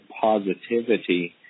positivity